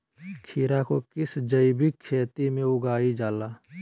खीरा को किस जैविक खेती में उगाई जाला?